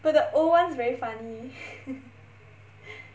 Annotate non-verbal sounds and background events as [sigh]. but the old ones very funny [laughs]